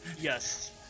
Yes